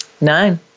Nine